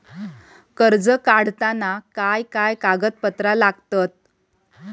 कर्ज काढताना काय काय कागदपत्रा लागतत?